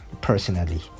personally